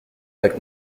avec